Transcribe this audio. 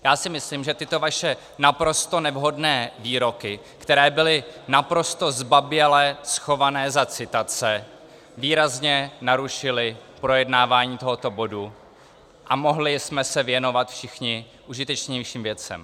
Já si myslím, že tyto vaše naprosto nevhodné výroky, které byly naprosto zbaběle schované za citace, výrazně narušily projednávání tohoto bodu a mohli jsme se všichni věnovat užitečnějším věcem.